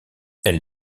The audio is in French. elle